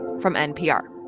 from npr.